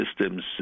systems